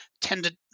tended